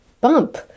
bump